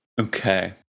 Okay